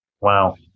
Wow